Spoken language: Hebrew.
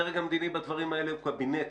הדרג המדיני בדברים האלה הוא קבינט,